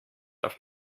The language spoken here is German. auf